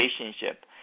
relationship